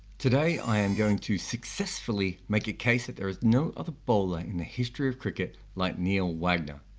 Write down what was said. today i am going to successfully make a case that there is no other bowler in the history of cricket like neil wagner.